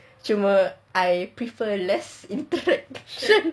cuma I prefer less interaction